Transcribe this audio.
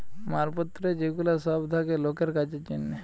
মাল পত্র যে গুলা সব থাকে লোকের কাজের জন্যে